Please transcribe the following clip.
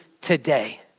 today